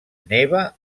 neva